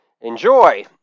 enjoy